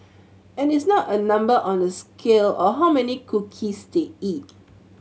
and it's not a number on a scale or how many cookies they eat